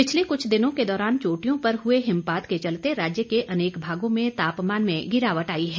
पिछले कुछ दिनों के दौरान चोटियों पर हए हिमपात के चलते राज्य के अनेक भागों में तापमान में गिरावट आई है